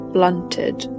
Blunted